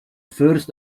first